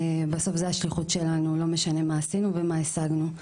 בסוף זו השליחות שלנו לא משנה מה עשינו ומה השגנו,